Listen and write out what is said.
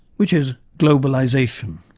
which is globalisation.